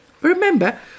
Remember